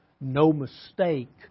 no-mistake